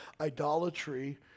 idolatry